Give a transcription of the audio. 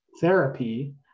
therapy